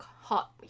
hot